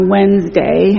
Wednesday